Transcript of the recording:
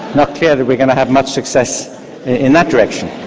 and clear that we're going to have much success in that direction.